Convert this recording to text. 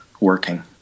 Working